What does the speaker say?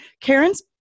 Karen's